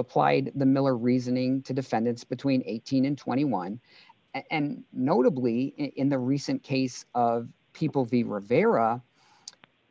applied the miller reasoning to defendants between eighteen and twenty one and notably in the recent case of people v rivera